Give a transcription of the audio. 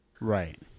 Right